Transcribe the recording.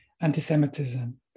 anti-Semitism